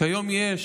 שכיום יש